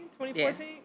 2014